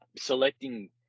selecting